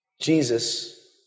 Jesus